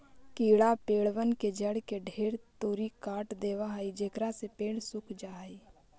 कीड़ा पेड़बन के जड़ के ढेर तुरी काट देबा हई जेकरा से पेड़ सूख जा हई